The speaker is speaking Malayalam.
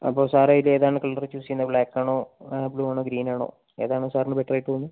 അപ്പോൾ സാർ ഇത് ഏത് ആണ് കളറ് ചൂസ് ചെയ്യുന്ന ബ്ലാക്ക് ആണോ ബ്ലൂ ആണോ ഗ്രീൻ ആണോ ഏത് ആണ് സാറിന് ബെറ്റർ ആയി തോന്നുക